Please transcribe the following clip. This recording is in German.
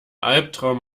albtraum